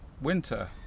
Winter